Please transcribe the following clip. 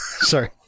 Sorry